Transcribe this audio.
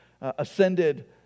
ascended